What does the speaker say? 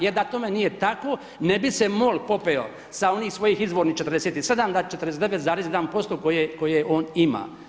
Jer da tome nije tako ne bi se MOL popeo sa onih svojih izvornih 47, da 49,1% koje on ima.